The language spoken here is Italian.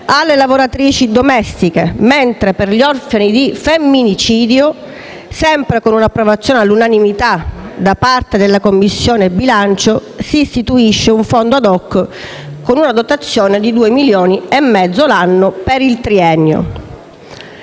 alle lavoratrici domestiche, mentre per gli orfani di femminicidio, sempre con approvazione all'unanimità da parte della Commissione bilancio, si istituisce un fondo *ad hoc* con una dotazione di 2,5 milioni di euro l'anno per il triennio.